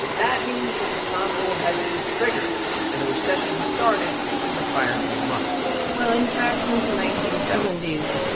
that means that the sahm rule has been triggered and a recession has started within the prior few months well, in fact, since the nineteen seventy s,